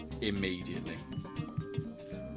immediately